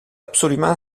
absolument